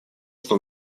что